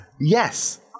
Yes